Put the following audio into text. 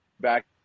back